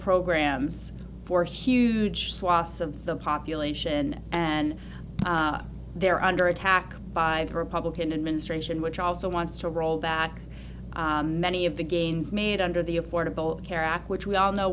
programs for huge swaths of the population and they're under attack by the republican administration which also wants to roll back many of the gains made under the affordable care act which we all know